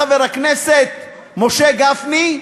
חבר הכנסת משה גפני,